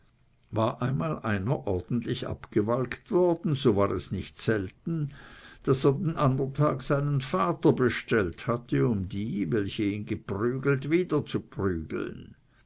war einer einmal ordentlich abgewalkt worden so war es nicht selten daß er den andern tag seinen vater bestellt hatte um die welche ihn geprügelt wieder zu prügeln